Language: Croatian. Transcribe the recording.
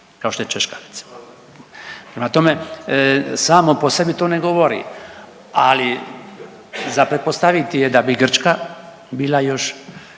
kao što je Češka recimo. Prema tome samo po sebi to ne govori, ali za pretpostaviti je da bi Grčka bila još